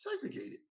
segregated